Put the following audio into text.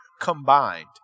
combined